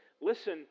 Listen